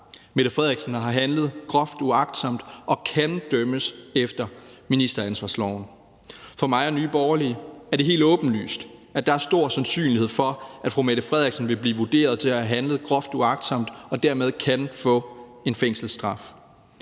Statsministeren har handlet groft uagtsomt og kan dømmes efter ministeransvarlighedsloven. For mig og Nye Borgerlige er det helt åbenlyst, at der er stor sandsynlighed for, at statsministeren vil blive vurderet til at have handlet groft uagtsomt og dermed kan få en fængselsstraf.